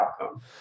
outcome